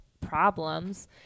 problems